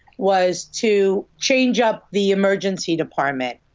was to change up the emergency department.